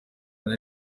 nari